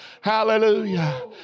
Hallelujah